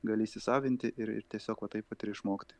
gali įsisavinti ir ir tiesiog va taip va ir išmokti